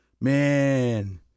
Man